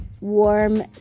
warm